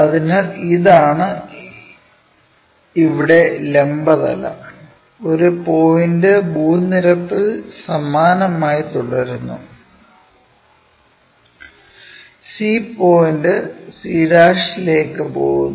അതിനാൽ ഇതാണ് ഇവിടെ ലംബ തലം ഒരു പോയിന്റ് ഭൂനിരപ്പിൽ സമാനമായി തുടരുന്നു c പോയിന്റ് c' ലേക്ക് പോകുന്നു